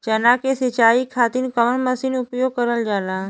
चना के सिंचाई खाती कवन मसीन उपयोग करल जाला?